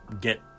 get